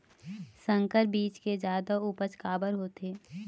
संकर बीज के जादा उपज काबर होथे?